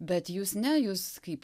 bet jūs ne jūs kaip